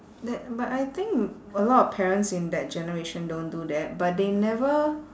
that but I think a lot of parents in that generation don't do that but they never